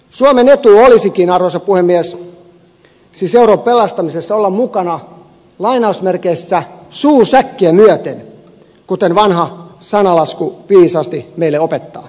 suomen etu olisikin arvoisa puhemies siis euron pelastamisessa olla mukana suu säkkiä myöten kuten vanha sananlasku viisaasti meille opettaa